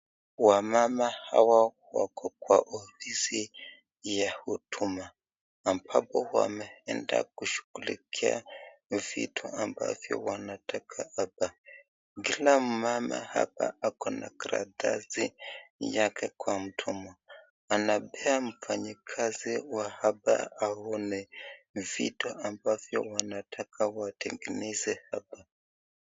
Wamama hawa wako kwa ofisi ya huduma, ambapo wameenda kushughulikia vitu ambavyo wanataka hapa. Kila mmama hapa ako na karatasi yake kwa mkono. Anapea mfanyikazi wa hapa aone vitu ambavyo wanataka watengeneze hapa.